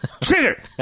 Trigger